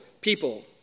people